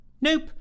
Nope